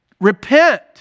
Repent